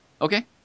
Okay